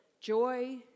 joy